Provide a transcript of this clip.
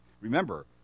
Remember